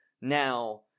Now